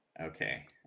Okay